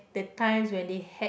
the times when they had